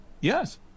yes